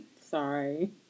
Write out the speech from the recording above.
sorry